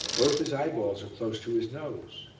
both his eyeballs are close to his nose.